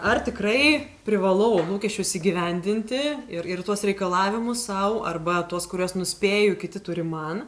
ar tikrai privalau lūkesčius įgyvendinti ir ir tuos reikalavimus sau arba tuos kuriuos nuspėju kiti turi man